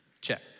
check